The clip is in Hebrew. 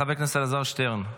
חבר הכנסת אלעזר שטרן,